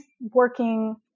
working